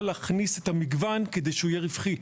להכניס את המגוון כדי שהוא יהיה רווחי,